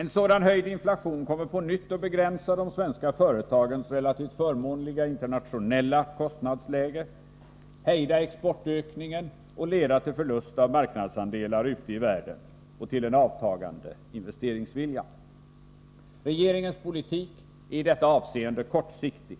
En sådan höjd inflation kommer på nytt att begränsa de svenska företagens relativt förmånliga internationella kostnadsläge, hejda exportökningen och leda till förlust av marknadsandelar ute i världen och till en avtagande investeringsvilja. Regeringens politik är i detta avseende kortsiktig.